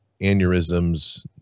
aneurysms